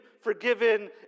forgiven